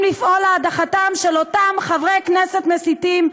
לפעול להדחתם של אותם חברי כנסת מסיתים,